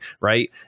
Right